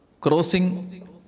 crossing